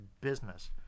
business